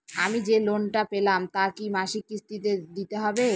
আমি যে লোন টা পেলাম তা কি মাসিক কিস্তি তে দিতে হবে?